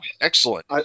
Excellent